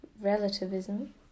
relativism